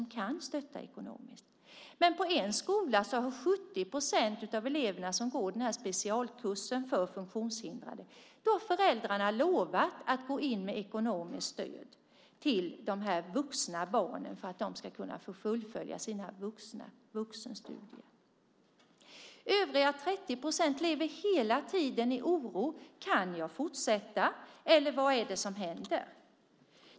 Men på en skola har föräldrarna till 70 procent av de elever som går en specialkurs för funktionshindrade lovat att gå in med ekonomiskt stöd till sina vuxna barn för att de ska kunna fullfölja sina vuxenstudier. Övriga 30 procent lever hela tiden i oro för om de kan fortsätta eller inte.